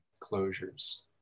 closures